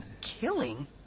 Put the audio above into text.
Killing